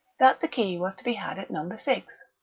that the key was to be had at number six.